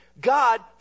God